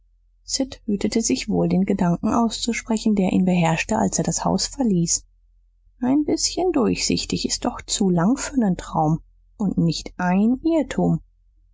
hütete sich wohl den gedanken auszusprechen der ihn beherrschte als er das haus verließ ein bißchen durchsichtig s ist doch zu lang für nen traum und nicht ein irrtum